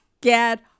get